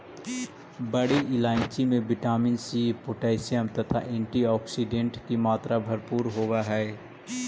बड़ी इलायची में विटामिन सी पोटैशियम तथा एंटीऑक्सीडेंट की मात्रा भरपूर होवअ हई